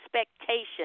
expectation